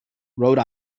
rhode